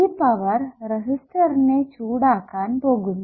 ഈ പവർ റെസിസ്റ്ററിനെ ചൂടാക്കാൻ പോകുന്നു